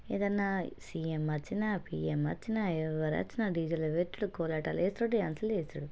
ఏదన్నా సీఎం వచ్చినా పీఎం వచ్చినా ఎవరు వచ్చినా డీజిలే పెట్టుడు కోలాటాలు వేసుడు డ్యాన్సులు వేసుడు